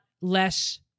less